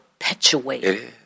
perpetuate